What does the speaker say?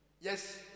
Yes